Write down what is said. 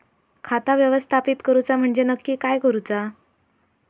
खाता व्यवस्थापित करूचा म्हणजे नक्की काय करूचा?